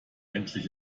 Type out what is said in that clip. endlich